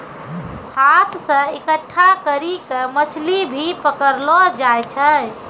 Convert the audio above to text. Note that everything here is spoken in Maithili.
हाथ से इकट्ठा करी के मछली भी पकड़लो जाय छै